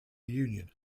union